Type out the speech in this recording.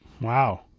Wow